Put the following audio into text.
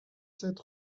sept